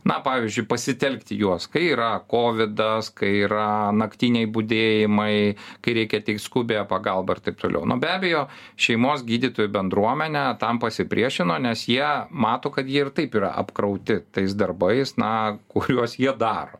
na pavyzdžiui pasitelkti juos kai yra kovidas kai yra naktiniai budėjimai kai reikia teikt skubiąją pagalba ir taip toliau nu be abejo šeimos gydytojų bendruomenė tam pasipriešino nes jie mato kad ji ir taip yra apkrauti tais darbais na kuriuos jie daro